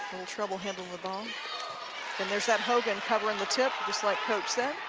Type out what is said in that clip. trouble handling the but and there's that hogan covering the tip, just like coach said.